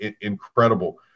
incredible